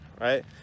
right